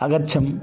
अगच्छं